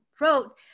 wrote